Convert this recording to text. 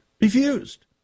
Refused